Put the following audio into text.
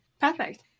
Perfect